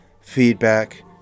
feedback